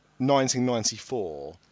1994